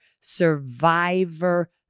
survivor